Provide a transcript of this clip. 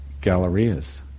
gallerias